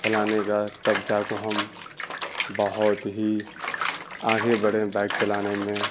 چلانے کا تب جا کے ہم بہت ہی آگے بڑھے بائک چلانے میں